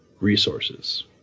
resources